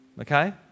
Okay